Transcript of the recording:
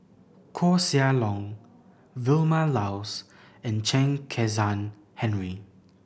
Koeh Sia Yong Vilma Laus and Chen Kezhan Henri